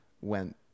went